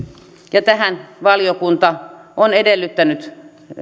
ja tähän valiokunta on edellyttänyt